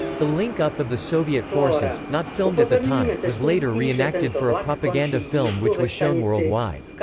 the link-up of the soviet forces, not filmed at the time, was later re-enacted for a propaganda film which was shown worldwide.